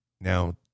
now